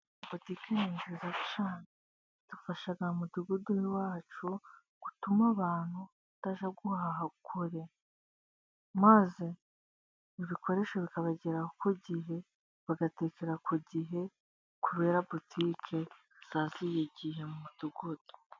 Butiki ni nziza cyane. Idufasha mu mudugudu w'iwacu gutuma abantu batajya guhaha kure, maze ibikoresho bikabageraho ku gihe, bagatekera ku gihe kubera butiki zaziye igihe mu mudugudu.